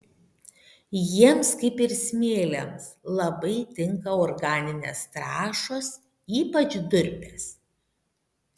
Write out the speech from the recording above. jiems kaip ir smėliams labai tinka organinės trąšos ypač durpės